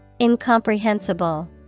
Incomprehensible